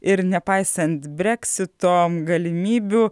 ir nepaisant breksito galimybių